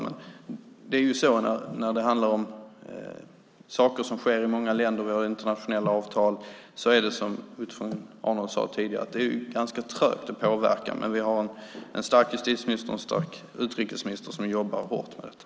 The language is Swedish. Men när det handlar om saker som sker i många länder - vi har internationella avtal - är det ju, som Otto von Arnold sade tidigare, ganska trögt att påverka. Men vi har en stark justitieminister och en stark utrikesminister som jobbar hårt med detta.